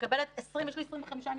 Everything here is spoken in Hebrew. יש לי 25 מכתבים,